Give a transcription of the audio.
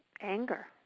anger